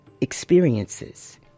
experiences